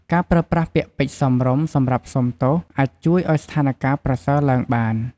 ការប្រើប្រាស់ពាក្យពេចន៍សមរម្យសម្រាប់សូមទោស អាចជួយឱ្យស្ថានការណ៍ប្រសើរឡើងបាន។